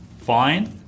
fine